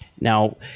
Now